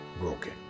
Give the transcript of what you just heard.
broken